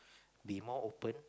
be more open